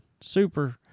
Super